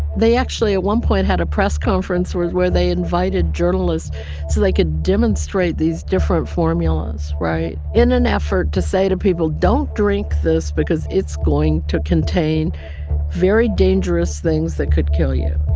they actually at one point had a press conference where where they invited journalists so they could demonstrate these different formulas right? in an effort to say to people, don't drink this because it's going to contain very dangerous things that could kill you